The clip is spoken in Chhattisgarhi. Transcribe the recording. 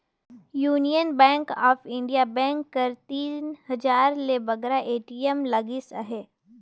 union bank of India bank कर तीन हजार ले बगरा ए.टी.एम लगिस अहे